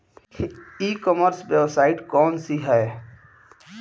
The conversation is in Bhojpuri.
ई कॉमर्स वेबसाइट कौन सी है?